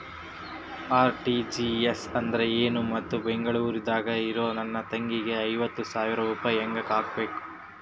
RTGS ಅಂದ್ರ ಏನು ಮತ್ತ ಬೆಂಗಳೂರದಾಗ್ ಇರೋ ನನ್ನ ತಂಗಿಗೆ ಐವತ್ತು ಸಾವಿರ ರೂಪಾಯಿ ಹೆಂಗ್ ಹಾಕಬೇಕು?